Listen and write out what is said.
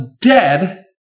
dead